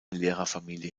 lehrerfamilie